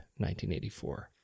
1984